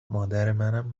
مادرمنم